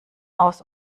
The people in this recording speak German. aus